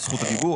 את זכות הדיבור,